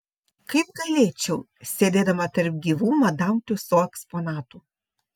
kaip galėčiau sėdėdama tarp gyvų madam tiuso eksponatų